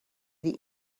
the